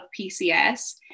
PCS